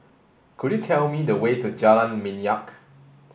could you tell me the way to Jalan Minyak